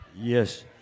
Yes